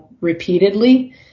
repeatedly